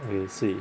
I see